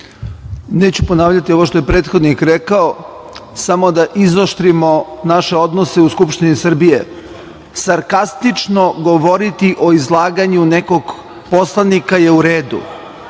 Neću ponavljati ovo što je prethodnik rekao. Samo da izoštrimo naše odnose u Skupštini Srbije - sarkastično govoriti o izlaganju nekog poslanika je u redu,